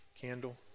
candle